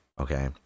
okay